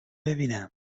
ببینم